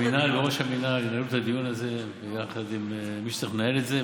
המינהל וראש המינהל ינהלו את הדיון הזה יחד עם מי שצריך לנהל את זה,